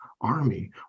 Army